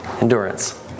Endurance